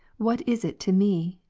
what is it to me,